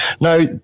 now